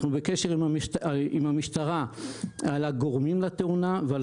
אנחנו בקשר עם המשטרה על הגורמים לתאונה ועל